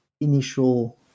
initial